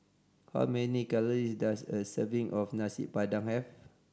how many calories does a serving of Nasi Padang have